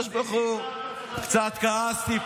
הקדוש ברוך הוא קצת כעס.